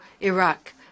Iraq